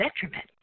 detriment